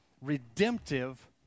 redemptive